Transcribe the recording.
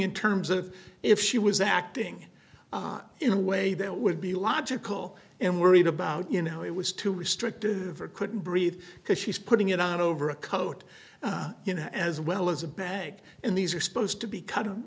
in terms of if she was acting in a way that would be logical and worried about you know it was too restrictive or couldn't breathe because she's putting it out over a coat you know as well as a bag and these are supposed to be cut